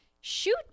shoot